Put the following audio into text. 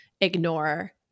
ignore